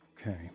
okay